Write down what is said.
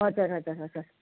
हजुर हजुर हजुर